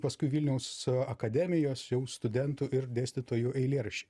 paskui vilniaus akademijos jau studentų ir dėstytojų eilėraščiai